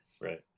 right